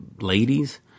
ladies